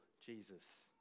Jesus